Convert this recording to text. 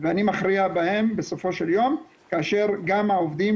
ואני מכריע בהן בסופו של יום, כאשר גם העובדים